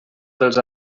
pels